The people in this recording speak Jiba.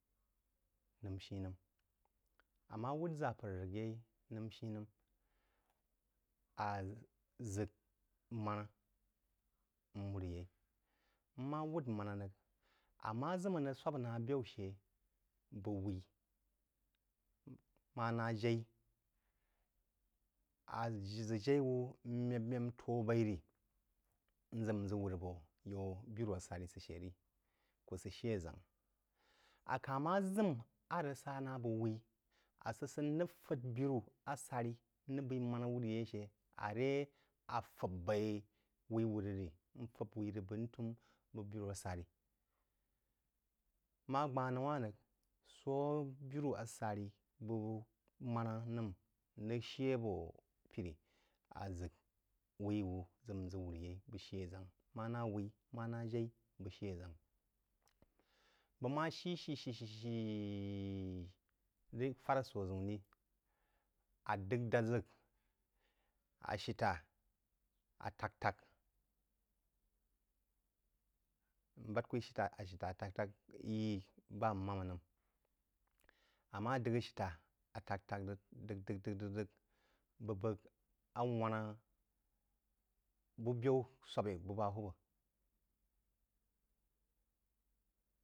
Nəm shi-nəm. Ammá wūd ʒapər rə yeí nəm shi-nəm, á ʒək máná n wūr yeí, n má wūd mānā rəg. Amma ʒəm a rəg swāp nā byaú shə bəg wūí, mana jaī, a ʒə ʒə jaí wú n meb-meb n tō b’eí rí n ʒək n ʒə wūn abō yaú birú-asá rí kú sə shí aʒáng. A ka-hn má ʒəm a rəg sá nā bəg wúī, a sə sən n rəg fā birú asarì n rəg b’eī mana wūr yeí shə aré a̍ fāb b’eí wūí rəg rí, n fāb wuī rəg bəg ntōōm, bəg birú asari. Ma gbanūwá rəg sō ā burí-asari bu manə nəm rəg shī abō pirí, a ʒək wií wií n ʒək nʒə wur yei bəg shí aʒangk-mana wuí, mana jaí bəg shí aʒangk. Bəg ma shī ohǐ shī shī rəg fār sō ʒəun rī, a d’əgh dā ʒək ashita a tak-tak. N̄ bād kú ashita tak-tak nyí bá n mān nəm kú ashita tak-tak nyí bá n mām nəm- āmmá d’əgh ashitá a tak-tak rəg-d’əgh d’əgh d’əgh bú bəg əwanā bú byaú swab-ī bu ba-hwūb.